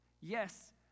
Yes